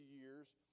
years